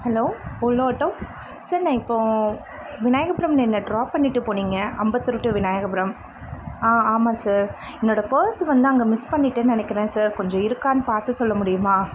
hello Ola auto sir நான் இப்போது விநாயகபுரம்ல என்ன ட்ராப் பண்ணிட்டு போனிங்கள் அம்பத்தூர் டூ விநாயகபுரம் ஆ ஆமாம் சார் என்னோடய பர்ஸ் வந்து அங்கே மிஸ் பண்ணிட்டேன்னு நினைக்கிறேன் சார் கொஞ்சம் இருக்கான்னு பார்த்து சொல்ல முடியுமா